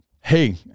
hey